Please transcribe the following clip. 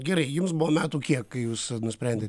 gerai jums buvo metų kiek kai jūs nusprendėt